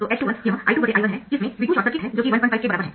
तो h21 यह I2 I1 है जिसमें V2 शॉर्ट सर्किट है जो कि 15 के बराबर है